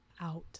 out